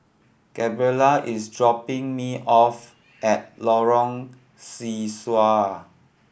Gabriella is dropping me off at Lorong Sesuai